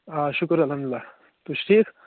آ شُکُر الحمداللہ تُہۍ چھُو ٹھیٖک